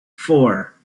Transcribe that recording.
four